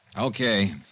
Okay